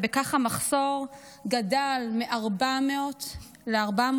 ובכך המחסור גדל מ-400 ל-450